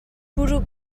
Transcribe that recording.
bwrw